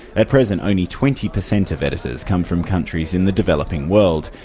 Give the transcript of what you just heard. at present only twenty percent of editors come from countries in the developing world,